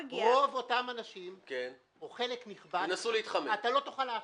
רוב אותם אנשים או חלק נכבד, אתה לא תוכל לאתר.